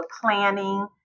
planning